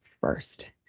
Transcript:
first